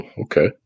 okay